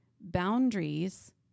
Boundaries